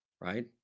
Right